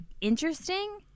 Interesting